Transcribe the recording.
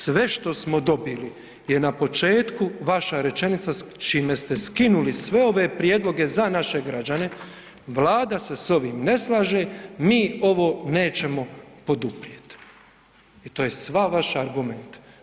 Sve što smo dobili je na početku vaša rečenica s čime ste skinuli sve ove prijedloge za naše građane, Vlada se s ovim ne slaže, mi ovo nećemo poduprijet i to je sva vaša argument.